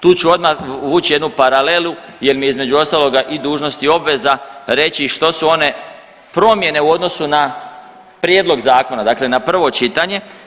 Tu ću odmah vući jednu paralelu, jer mi je između ostaloga i dužnost i obveza reći što su one promjene u odnosu na prijedlog zakona, dakle na prvo čitanje.